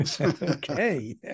Okay